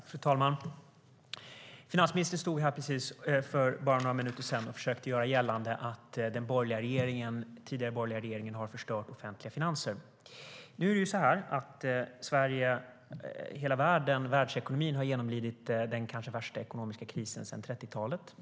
Fru talman! Finansministern stod här för bara några minuter sedan och försökte göra gällande att den borgerliga tidigare regeringen har förstört offentliga finanser. Nu är det ju så att Sverige och resten av världen, hela världsekonomin, har genomlidit den kanske värsta ekonomiska krisen sedan 30-talet.